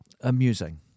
Amusing